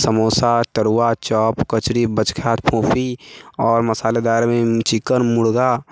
समोसा तरुआ चौप कचड़ी बचखा फोफी आओर मसालेदारमे चिकन मुर्गा